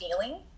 feeling